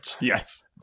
yes